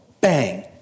Bang